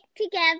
together